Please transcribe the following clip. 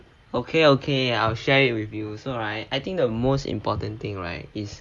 okay okay I'll share it with you so right I think the most important thing right is